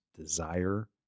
desire